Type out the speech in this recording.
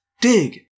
Dig